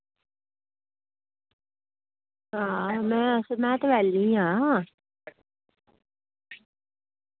हां में में ते बेह्ली आं